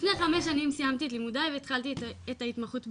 לפני חמש שנים סיימתי את לימודיי והתחלתי את התמחות בהוראה.